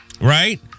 right